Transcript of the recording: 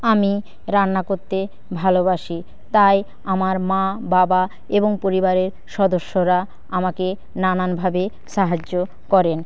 আমি রান্না করতে ভালোবাসি তাই আমার মা বাবা এবং পরিবারের সদস্যরা আমাকে নানানভাবে সাহায্য করেন